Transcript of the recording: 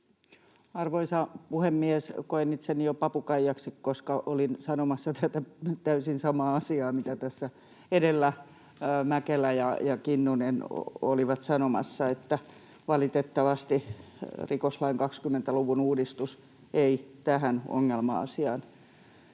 Arvoisa puhemies! Koen itseni jo papukaijaksi, koska olin sanomassa tätä täysin samaa asiaa, mitä tässä edellä Mäkelä ja Kinnunen olivat sanomassa, että valitettavasti rikoslain 20 luvun uudistus ei tähän ongelma-asiaan